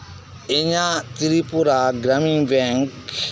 ᱤᱧᱟᱹᱜ Tripura Gramin Bank account ᱨᱮ ᱛᱤᱱᱟᱹᱜ ᱵᱮᱞᱮᱱᱥ ᱢᱮᱱᱟᱜ ᱟᱠᱟᱫᱟ